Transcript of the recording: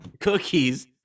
cookies